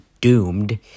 doomed